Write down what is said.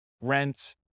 rent